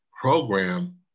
program